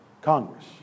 Congress